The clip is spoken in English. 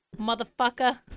Motherfucker